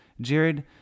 Jared